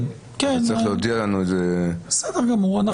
כן, בסדר גמור.